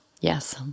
Yes